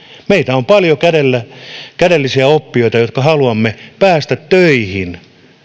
meitä on paljon kädellisiä oppijoita jotka haluamme päästä töihin